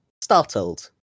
startled